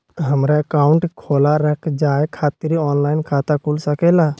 हमारा अकाउंट खोला रखा जाए खातिर ऑनलाइन खाता खुल सके ला?